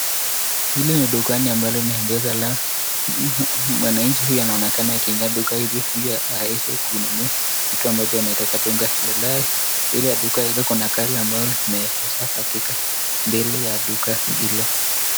Hili ni dukani ambalo ni mpesa ambapo mwananchi huyu anaonekana akuingia duka hili ili aweze kununua kitu ambacho anaitaka. Mbele ya duka hilo kuna gari ambalo limeegeshwa katika mbele ya duka hilo.